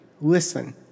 listen